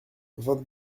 vingt